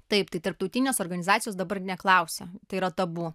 taip tai tarptautinės organizacijos dabar neklausia tai yra tabu